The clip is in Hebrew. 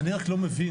אני רק לא מבין,